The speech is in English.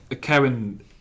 Karen